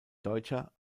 deutscher